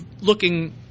looking –